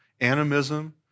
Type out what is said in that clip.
animism